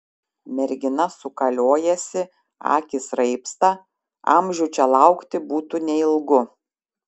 mergina sukaliojasi akys raibsta amžių čia laukti būtų neilgu